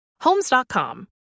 Homes.com